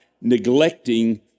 neglecting